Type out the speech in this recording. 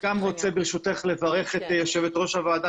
אני גם רוצה לברך את יושבת-ראש הוועדה,